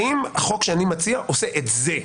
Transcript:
האם החוק שאני מציע עושה את זה?